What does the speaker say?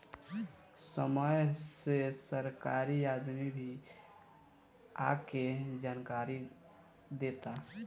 समय से सरकारी आदमी भी आके जानकारी देता